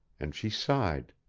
and she sighed.